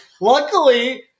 Luckily